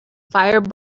fire